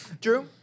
Drew